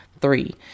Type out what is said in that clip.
three